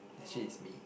actually is me